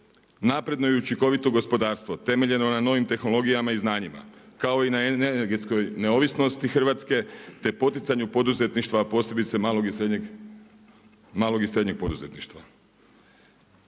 napredno i učinkovito gospodarstvo temeljeno na novim tehnologijama i znanjima kao i na energetskoj neovisnosti Hrvatske, te poticanju poduzetništva, posebice malog i srednjeg poduzetništva,